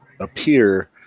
appear